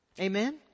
Amen